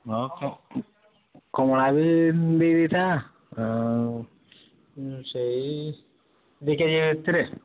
ହଁ କହ କମଳା ବି ଦେଇଦେଇଥା ସେଇ ଦୁଇ କେ ଜି ଭିତରେ